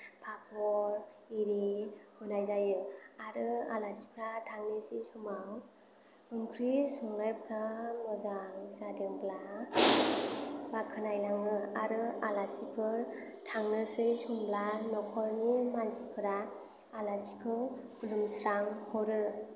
पाप'र इरि होनाय जायो आरो आलासिफोरा थांनोसै समाव ओंख्रि संनायफोरा मोजां जादोंब्ला बाख्नायनाङो आरो आलासिफोर थांनोसै समब्ला न'खरनि मानसिफोरा आलासिखौ खुलुमस्रां हरो